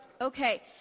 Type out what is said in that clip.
Okay